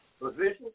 Position